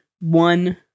one